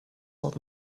what